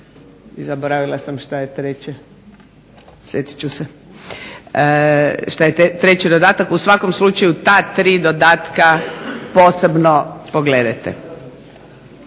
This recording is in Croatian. i zaboravila sam što je treće, sjetit ću se, što je treći dodatak. U svakom slučaju ta tri dodatka posebno pogledajte.